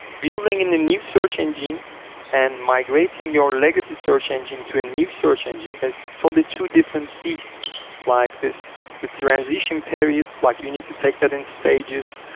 building and a new search engine and migrating your legacy search engine to a new search engine is totally two different beasts. like the transition period, like you need to take that in stages.